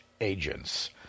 agents